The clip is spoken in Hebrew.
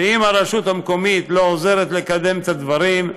ואם הרשות המקומית לא עוזרת לקדם את הדברים,